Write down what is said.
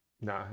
No